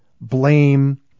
blame